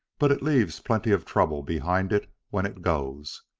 but it leaves plenty of trouble behind it when it goes.